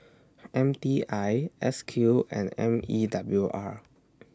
M T I S Q and M E W R